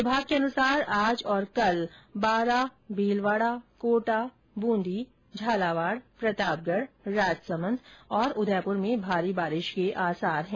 विमाग को अनुसार आज और कल बारा भीलवाडा कोटा बूंदी झालावाड प्रतापगढ राजसमंद और उदयपुर में भारी बारिश के आसार है